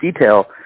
detail